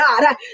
God